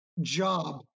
job